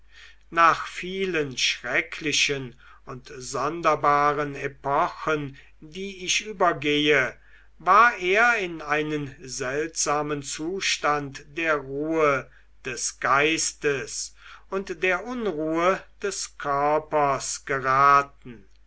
nach vielen schrecklichen und sonderbaren epochen die ich übergehe war er in einen seltsamen zustand der ruhe des geistes und der unruhe des körpers geraten